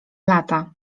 lata